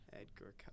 Edgar